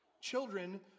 Children